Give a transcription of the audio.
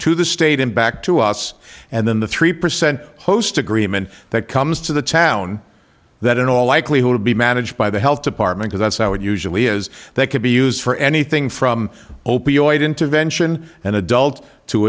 to the state and back to us and then the three percent host agreement that comes to the town that in all likelihood will be managed by the health department or that's how it usually is that could be used for anything from opioid intervention and adult to